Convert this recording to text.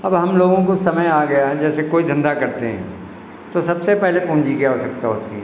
अब हम लोगों को समय आ गया है जैसे कोई धंधा करते हैं तो सबसे पहले पूंजी की आवश्यकता होती हैं